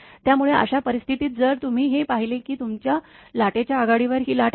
त्यामुळे अशा परिस्थितीत जर तुम्ही हे पाहिले की तुमच्या लाटेच्या आघाडीवर ही लाट आहे